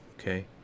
Okay